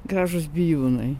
gražūs bijūnai